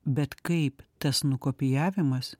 bet kaip tas nukopijavimas